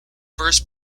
first